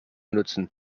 nutzen